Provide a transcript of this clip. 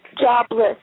Jobless